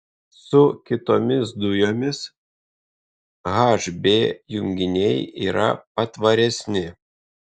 su kitomis dujomis hb junginiai yra patvaresni